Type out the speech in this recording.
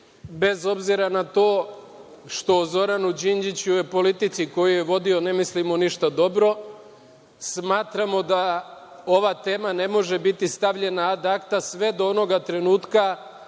bez obzira na to što o Zoranu Đinđiću i politici koju je vodio ne mislimo ništa dobro. Smatramo da ova tema ne može biti stavljena ad akta, sve do onoga trenutka